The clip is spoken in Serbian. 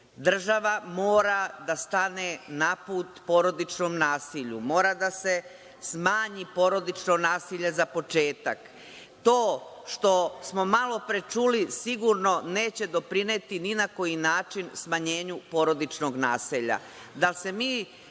Država mora da stane na put porodičnom nasilju, mora da se smanji porodično nasilje za početak. To što smo malopre čuli sigurno neće doprineti ni na koji način smanjenju porodičnog nasilja.